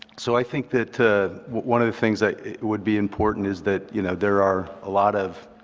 so i think that one of the things that would be important is that, you know, there are a lot of